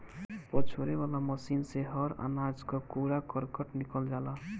पछोरे वाला मशीन से हर अनाज कअ कूड़ा करकट निकल जाला